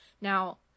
now